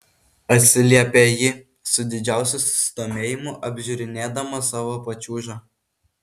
atsiliepė ji su didžiausiu susidomėjimu apžiūrinėdama savo pačiūžą